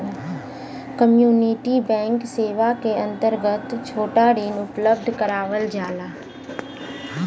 community bank सेवा क अंतर्गत छोटा ऋण उपलब्ध करावल जाला